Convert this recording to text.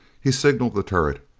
he signaled the turret,